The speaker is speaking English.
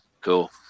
Cool